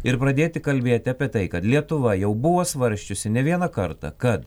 ir pradėti kalbėti apie tai kad lietuva jau buvo svarsčiusi ne vieną kartą kad